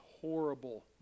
horrible